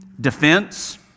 defense